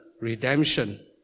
redemption